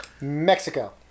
Mexico